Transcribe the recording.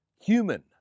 human